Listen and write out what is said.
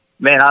man